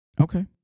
Okay